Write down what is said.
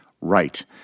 right